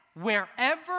wherever